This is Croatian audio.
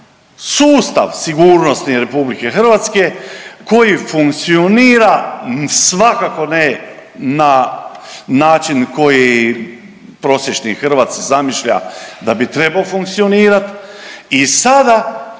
sustav sigurnosni Republike Hrvatske koji funkcionira svakako ne na način koji prosječni Hrvat si zamišlja da bi trebao funkcionirati.